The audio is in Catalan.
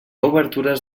obertures